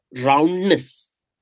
roundness